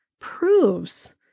proves